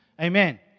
Amen